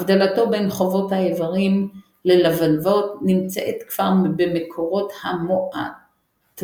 הבדלתו בין חובות האיברים ללבבות נמצאת כבר במקורות המועתזילה,